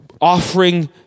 offering